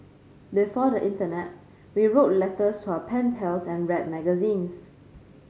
before the internet we wrote letters to our pen pals and read magazines